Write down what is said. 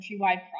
countrywide